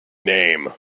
name